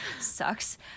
sucks